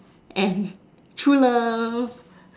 and true love